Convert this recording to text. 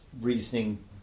reasoning